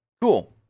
cool